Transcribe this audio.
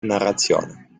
narrazione